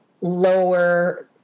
lower